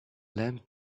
lamp